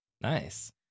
Nice